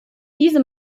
diese